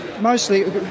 mostly